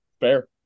fair